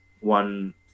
one